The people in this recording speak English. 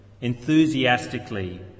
enthusiastically